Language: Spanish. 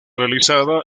realizada